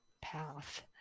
Path